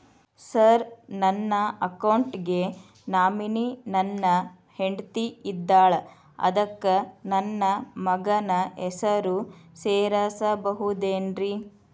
Sir ನನ್ನ account ಗೆ nominee ನನ್ನ ಹೆಂಡ್ತಿ ಇದ್ದಾಳ ಅದಕ್ಕ ನನ್ನ ಮಗನ ಹೆಸರು ಸೇರಸಬಹುದೇನ್ರಿ?